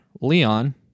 leon